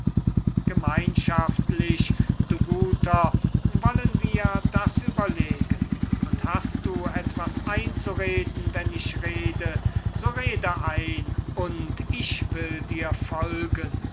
gemeinschaftlich du guter wollen wir das überlegen und hast du etwas einzuwenden wenn ich rede so wende es ein und ich will dir folgen